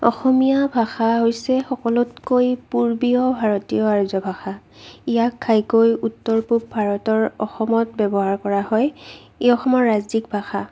অসমীয়া ভাষা হৈছে সকলোতকৈ পূৰ্বীয় ভাৰতীয় আৰ্য ভাষা ইয়াত ঘাইকৈ উত্তৰ পূব ভাৰতৰ অসমত ব্যৱহাৰ কৰা হয় ই অসমৰ ৰাজ্যিক ভাষা